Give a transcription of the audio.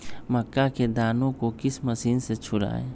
मक्का के दानो को किस मशीन से छुड़ाए?